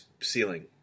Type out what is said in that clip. ceiling